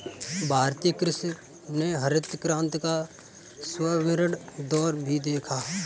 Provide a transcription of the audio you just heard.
भारतीय कृषि ने हरित क्रांति का स्वर्णिम दौर भी देखा